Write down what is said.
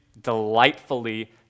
delightfully